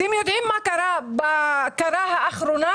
אתם יודעים מה קרה בקרה האחרונה?